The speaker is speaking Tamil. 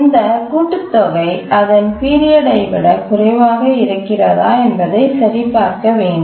இந்த கூட்டுத்தொகை அதன் பீரியட் ஐ விட குறைவாக இருக்கிறதா என்பதை சரிபார்க்க வேண்டும்